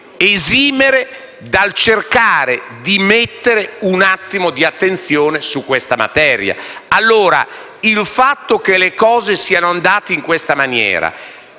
esimere dal cercare di mettere un attimo di attenzione sulla materia in esame. Il fatto che le cose siano andate in questa maniera,